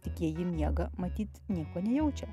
tik jei ji miega matyt nieko nejaučia